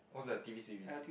what's that T_V series